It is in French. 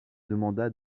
demanda